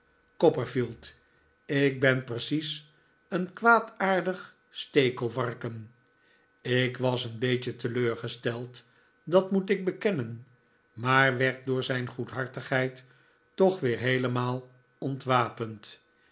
copperfield ik ben precies een kwaadaardig stekelvarken ik was een beetje teleurgesteld dat moet ik bekennen maar werd door zijn goedhartigheid toch weef heelemaal ontwapend